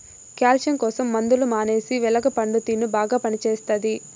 calcium కోసం మందులు మానేసి వెలగ పండు తిను బాగా పనిచేస్తది